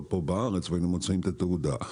כאן בארץ והיינו מוציאים את התעודה.